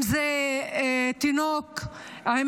אם זה תינוק עם